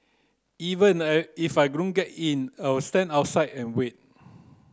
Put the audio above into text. even I if I don't get in I'll stand outside and wait